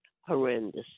horrendous